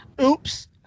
oops